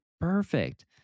perfect